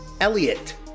Elliot